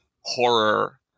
horror